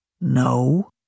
No